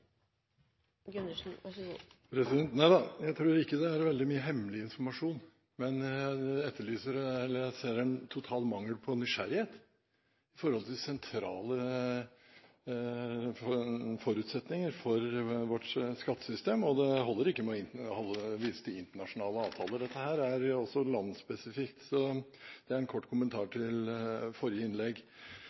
veldig mye hemmelig informasjon, men jeg ser at det er en total mangel på nysgjerrighet med hensyn til sentrale forutsetninger for vårt skattesystem, og det holder ikke med å vise til internasjonale avtaler, dette er også landsspesifikt. Det er en kort kommentar til forrige